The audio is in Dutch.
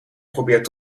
probeert